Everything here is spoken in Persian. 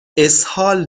اسهال